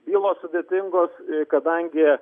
bylos sudėtingos kadangi